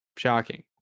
shocking